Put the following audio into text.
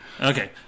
Okay